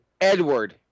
Edward